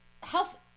health